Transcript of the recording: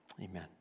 Amen